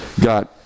got